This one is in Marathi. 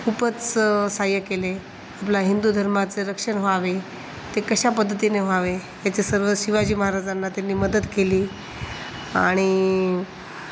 खूपच सहाय्य केले आपल्या हिंदू धर्माचं रक्षण व्हावे ते कशा पद्धतीने व्हावे याचे सर्व शिवाजी महाराजांना त्यांनी मदत केली आणि